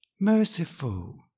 merciful